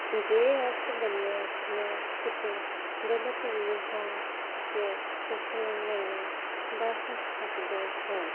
ਜੇ ਇਸ ਗੱਲੋਂ ਮੈਂ ਕਿਤੇ ਗਲਤ ਵੀ ਹਾਂ ਤਾਂ ਤੁਸੀਂ ਮੈਨੂੰ ਦੱਸ ਸਕਦੇ ਹੋਂ